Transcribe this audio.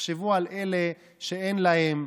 תחשבו על אלה שאין להם,